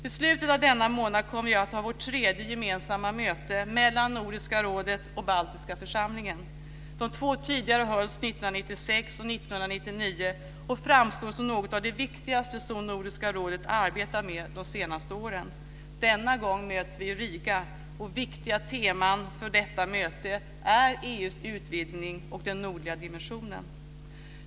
I slutet av denna månad kommer vi att ha vårt tredje gemensamma möte mellan Nordiska rådet och 1999 och framstår som något av det viktigaste som Nordiska rådet har arbetat med de senaste åren. Denna gång möts vi i Riga. Viktiga teman för detta möte är EU:s utvidgning och den nordliga dimensionen.